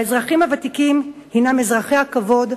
האזרחים הוותיקים הינם אזרחי כבוד,